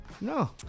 no